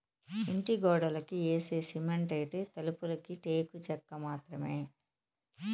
ఇంటి గోడలకి యేసే సిమెంటైతే, తలుపులకి టేకు చెక్క మాత్రమే